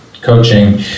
coaching